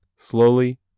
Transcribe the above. slowly